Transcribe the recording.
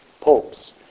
popes